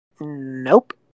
Nope